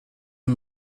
the